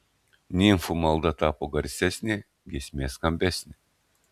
nimfų malda tapo garsesnė giesmė skambesnė